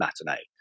matinee